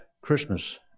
Christmas